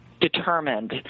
determined